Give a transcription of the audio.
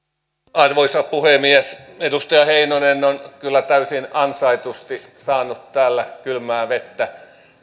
arvoisa puhemies edustaja heinonen on kyllä täysin ansaitusti saanut täällä kylmää vettä